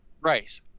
right